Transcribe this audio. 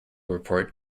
report